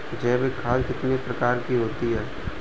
जैविक खाद कितने प्रकार की होती हैं?